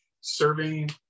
serving